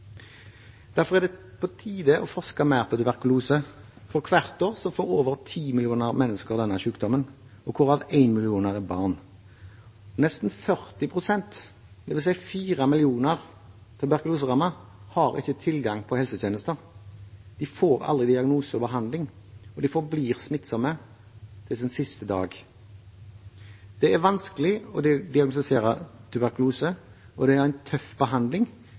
Derfor er det på tide å forske mer på tuberkulose, for hvert år får over 10 millioner mennesker denne sykdommen, hvorav 1 million barn. Nesten 40 pst., dvs. 4 millioner tuberkuloserammede, har ikke tilgang på helsetjenester. De får aldri diagnose eller behandling, og de forblir smittsomme til sin siste dag. Det er vanskelig å diagnostisere tuberkulose, og det er en tøff behandling